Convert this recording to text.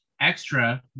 Extra